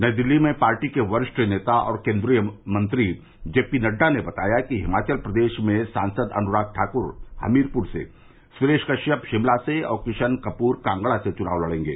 नई दिल्ली में पार्टी के वरिष्ठ नेता और केन्द्रीय मंत्री जे पी नड्डा ने बताया कि हिमाचल प्रदेश में सांसद अनुराग ठाक्र हमीरपुर से सुरेश कश्यप शिमला से और किशन कपूर कांगड़ा से चुनाव लड़ेंगे